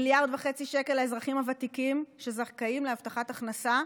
1.5 מיליארד שקל לאזרחים הוותיקים שזכאים להבטחת הכנסה,